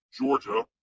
Georgia